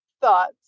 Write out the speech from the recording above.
thoughts